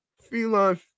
Feline